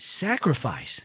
sacrifice